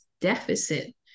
deficit